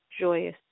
joyous